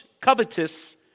covetous